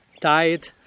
Tied